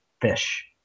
fish